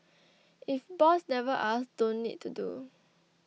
if boss never asks don't need to do